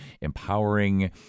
empowering